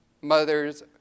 mothers